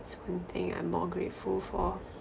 one thing I'm more grateful for